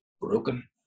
broken